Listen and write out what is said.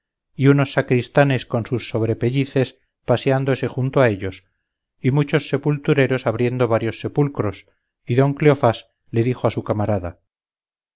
y unos sacristanes con sus sobrepellices paseándose junto a ellos y muchos sepultureros abriendo varios sepulcros y don cleofás le dijo a su camarada